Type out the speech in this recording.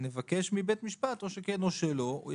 נבקש מבית משפט ואז או שנקבל או שלא נקבל.